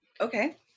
okay